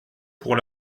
pour